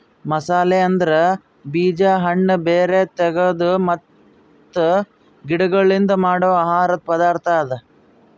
ಮಸಾಲೆ ಅಂದುರ್ ಬೀಜ, ಹಣ್ಣ, ಬೇರ್, ತಿಗೊಟ್ ಮತ್ತ ಗಿಡಗೊಳ್ಲಿಂದ್ ಮಾಡೋ ಆಹಾರದ್ ಪದಾರ್ಥ ಅದಾ